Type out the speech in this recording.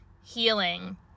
healing